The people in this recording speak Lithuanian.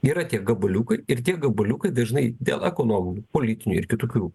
yra tie gabaliukai ir tie gabaliukai dažnai dėl ekonominių politinių ir kitokių